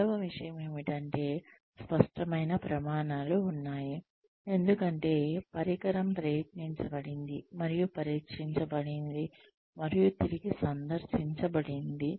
రెండవ విషయం ఏమిటంటే స్పష్టమైన ప్రమాణాలు ఉన్నాయి ఎందుకంటే పరికరం ప్రయత్నించబడింది మరియు పరీక్షించబడింది మరియు తిరిగి సందర్శించబడింది